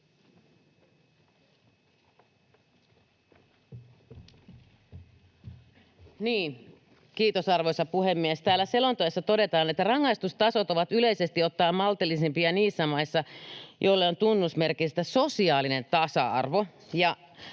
Kiitos, arvoisa puhemies! — Niin, täällä selonteossa todetaan, että ”rangaistustasot ovat yleisesti ottaen maltillisempia niissä maissa, joille on tunnusmerkillistä sosiaalinen tasa-arvo”.